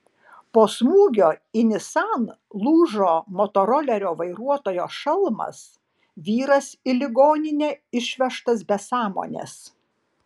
po smūgio į nissan lūžo motorolerio vairuotojo šalmas vyras į ligoninę išvežtas be sąmonės